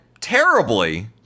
terribly